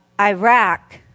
Iraq